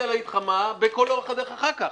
להגיד לך מה בכל אורך הדרך אחר כך.